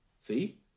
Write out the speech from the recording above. See